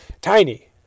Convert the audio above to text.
tiny